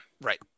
right